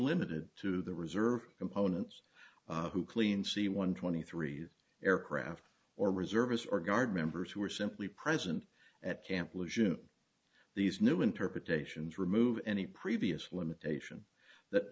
limited to the reserve components who clean c one twenty three aircraft or reservists or guard members who were simply present at camp allusion these new interpretations remove any previous limitation that